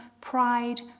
pride